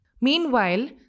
Meanwhile